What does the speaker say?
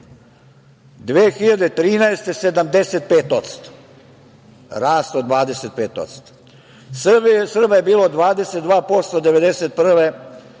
2013. 75%. Rast od 25%. Srba je bilo 22% 1991.